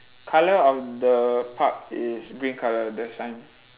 colour of the park is green colour the sign